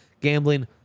gambling